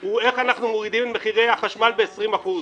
הוא איך אנחנו מורידים את מחירי החשמל ב-20 אחוזים.